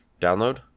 Download